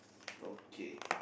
okay